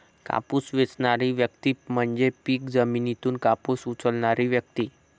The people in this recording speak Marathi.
कापूस वेचणारी व्यक्ती म्हणजे पीक जमिनीतून कापूस उचलणारी व्यक्ती